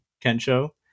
Kencho